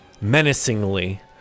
menacingly